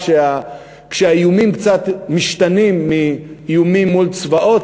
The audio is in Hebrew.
כשהאיומים קצת משתנים מאיומים מול צבאות